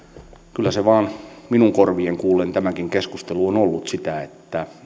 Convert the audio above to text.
kyllä se vain minun korvieni kuullen tämäkin keskustelu on ollut sitä että